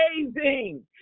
amazing